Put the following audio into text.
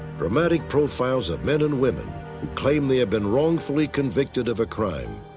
dramatic profiles of men and women who claim they have been wrongfully convicted of a crime.